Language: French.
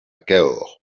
cahors